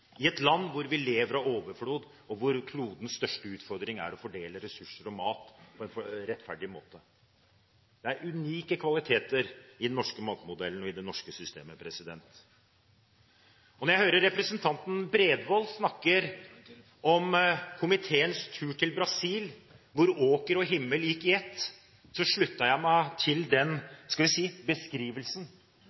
i et land hvor vi lever i overflod, og hvor klodens største utfordring er å fordele ressurser og mat på en rettferdig måte. Det er unike kvaliteter i den norske matmodellen og i det norske systemet. Når jeg hører representanten Bredvold snakke om komiteens tur til Brasil, hvor åker og himmel gikk i ett, slutter jeg meg til – hva skal jeg si – beskrivelsen.